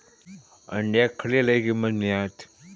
अंड्याक खडे लय किंमत मिळात?